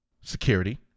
security